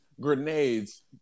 Grenades